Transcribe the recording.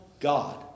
God